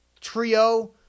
trio